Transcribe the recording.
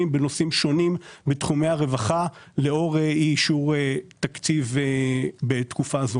בנושאים שונים בתחומי הרווחה לאור אי-אישור תקציב בתקופה זאת.